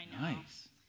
Nice